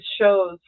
shows